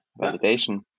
validation